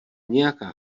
nějaká